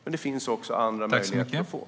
Det finns också andra möjligheter.